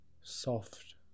soft